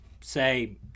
say